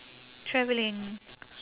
traveling